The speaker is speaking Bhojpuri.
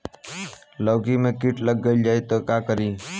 लौकी मे किट लग जाए तो का करी?